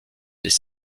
des